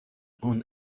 اون